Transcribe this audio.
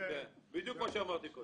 בדיוק כמו שאמרתי קודם.